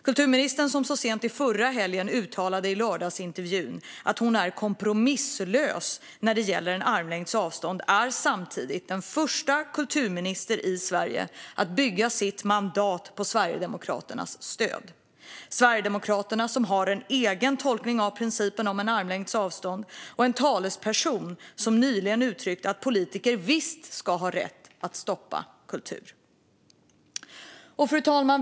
Kulturministern uttalade så sent som förra helgen i lördagsintervjun att hon är kompromisslös när det gäller en armlängds avstånd, och samtidigt är hon den första kulturministern i Sverige att bygga sitt mandat på Sverigedemokraternas stöd. Sverigedemokraterna har en egen tolkning av principen om en armlängds avstånd. En talesperson uttryckte nyligen att politiker visst ska ha rätt att stoppa kultur. Fru talman!